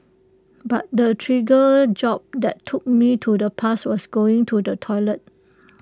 but the jolt that took me to the past was going to the toilets